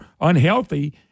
unhealthy